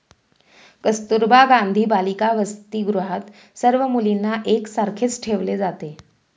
कस्तुरबा गांधी बालिका वसतिगृहात सर्व मुलींना एक सारखेच ठेवले जाते